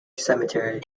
cemetery